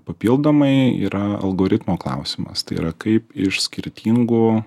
papildomai yra algoritmo klausimas tai yra kaip iš skirtingų